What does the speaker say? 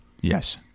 Yes